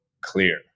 clear